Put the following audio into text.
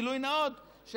בגילוי נאות,